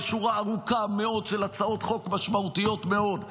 בשורה ארוכה מאוד של הצעות חוק משמעותיות מאוד.